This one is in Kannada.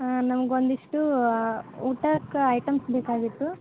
ಹಾಂ ನಮ್ಗೆ ಒಂದು ಇಷ್ಟು ಊಟಕ್ಕೆ ಐಟಮ್ಸ್ ಬೇಕಾಗಿತ್ತು